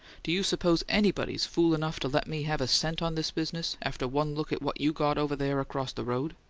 do you suppose anybody's fool enough to let me have a cent on this business after one look at what you got over there across the road?